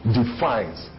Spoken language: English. defines